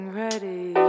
ready